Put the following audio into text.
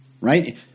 right